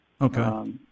Okay